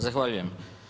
Zahvaljujem.